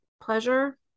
pleasure